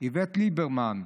איווט ליברמן.